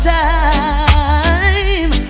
time